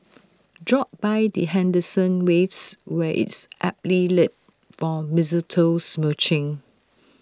drop by the Henderson waves where IT is aptly lit for mistletoe smooching